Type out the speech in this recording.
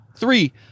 Three